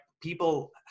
people